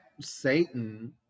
Satan